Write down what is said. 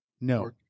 No